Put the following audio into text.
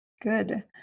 Good